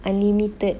unlimited